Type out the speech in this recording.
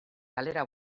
kalera